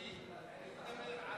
זו דוגמה לא טובה, כי אני מדבר על